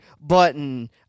button